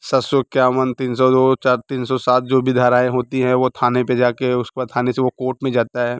सात सौ इक्यावन तीन सौ दो चार तीन सौ सात जो भी धाराऍं होती हैं वो थाने पर जा के उसके बाद थाने से वो काेर्ट में जाता है